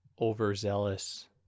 overzealous